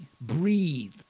breathe